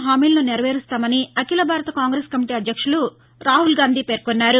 అన్ని హామీలను నెరవేరుస్తామని అఖిల భారత కాంగెస్ కమిటీ ఆ పార్టీ అధ్యక్షులు రాహుల్ గాంధీ పేర్కొన్నారు